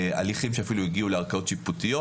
הליכים שאפילו הגיעו לערכאות שיפוטיות,